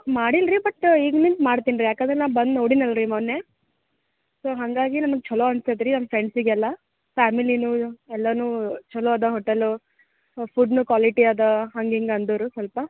ಮಾಡಿಲ್ರೀ but ಈಗ್ಲಿಂದ ಮಾಡ್ತಿನಿ ರೀ ಯಾಕಂದರೆ ನಾ ಬಂದು ನೋಡೀನಲ್ರೀ ಮೊನ್ನೆ ಸೊ ಹಾಗಾಗಿ ನಮಗೆ ಛಲೋ ಅನ್ಸೈತೆ ರೀ ನಮ್ಮ ಫ್ರೆಂಡ್ಸಿಗೆಲ್ಲ ಫ್ಯಾಮಿಲಿಯೂ ಎಲ್ಲ ಛಲೋ ಅದ ಹೋಟೆಲು ಫುಡ್ಡೂ ಕ್ವಾಲಿಟಿ ಅದ ಹಂಗೆ ಹಿಂಗೆ ಅಂದರು ಸ್ವಲ್ಪ